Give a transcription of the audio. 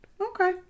Okay